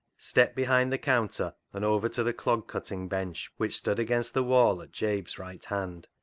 stepped behind the counter and over to the clog-cutting bench, which stood against the wall at jabe's right hand.